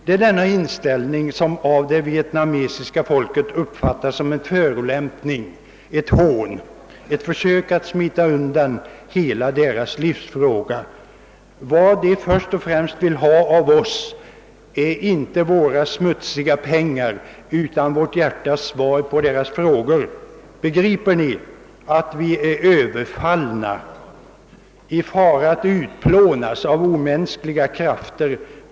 Det är denna inställning som av det vietnamesiska folket uppfattas som en förolämpning, ett hån, ett försök att smita undan hela dess livsfråga. Vad dessa människor först och främst vill ha av oss är inte våra smutsiga pengar utan vårt hjärtas svar på deras frågor: Begriper ni att vi är överfallna, i risk att utplånas av omänskliga krafter?